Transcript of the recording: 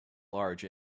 large